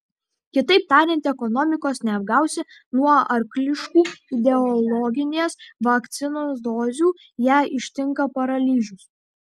kitaip tariant ekonomikos neapgausi nuo arkliškų ideologinės vakcinos dozių ją ištinka paralyžius